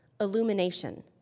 illumination